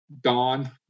dawn